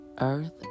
earth